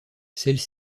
celles